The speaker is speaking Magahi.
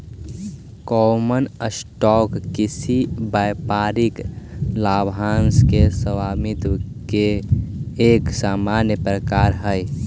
कॉमन स्टॉक किसी व्यापारिक लाभांश के स्वामित्व के एक सामान्य प्रकार हइ